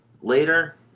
later